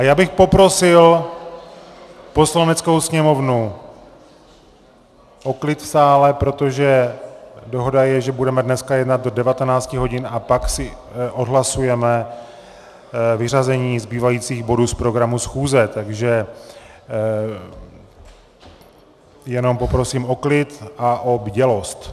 Já bych poprosil Poslaneckou sněmovnu o klid v sále, protože dohoda je, že budeme dneska jednat do 19 hodin a pak si odhlasujeme vyřazení zbývajících bodů z programu schůze, takže jenom poprosím o klid a bdělost.